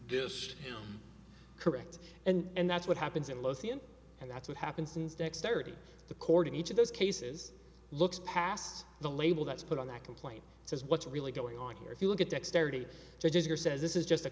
this correct and that's what happens it and that's what happened since dexterity the court in each of those cases looks past the label that's put on that complaint so what's really going on here if you look at dexterity judges here says this is just a